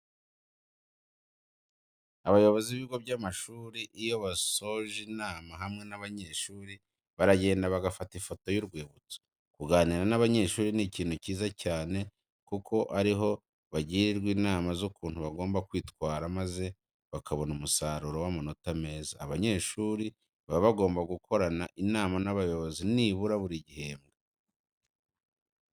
Abayobozi b'ibigo by'amashuri iyo basoje inama hamwe n'abanyeshuri baragenda bagafata ifoto y'urwibutso. Kuganira n'abanyeshuri ni ikintu cyiza cyane kuko ari ho bagirirwa inama z'ukuntu bagomba kwitwara maze bakabona umusaruro w'amanota meza. Abanyeshuri baba bagomba gukorana inama n'abayobozi nibura buri gihembwe.